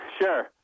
Sure